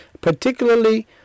particularly